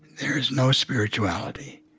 there's no spirituality